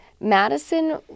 Madison